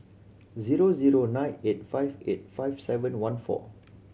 zero zero nine eight five eight five seven one four